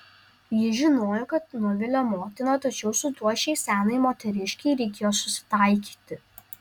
ji žinojo kad nuvilia motiną tačiau su tuo šiai senai moteriškei reikėjo susitaikyti